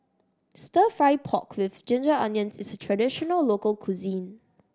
Stir Fry pork with ginger onions is traditional local cuisine